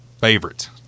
favorite